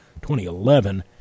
2011